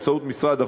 באמצעות משרד החוץ,